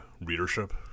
readership